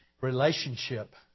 relationship